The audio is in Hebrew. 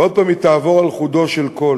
ועוד פעם היא על חודו של קול.